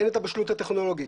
אין את הבשלות הטכנולוגית.